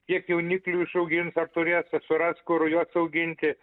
kiek jauniklių išaugins ar turės ar suras kur juos auginti